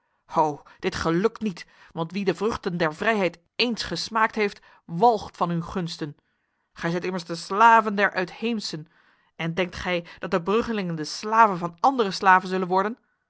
ho dit gelukt niet want wie de vruchten der vrijheid eens gesmaakt heeft walgt van uw gunsten gij zijt immers de slaven der uitheemsen en denkt gij dat de bruggelingen de slaven van andere slaven zullen worden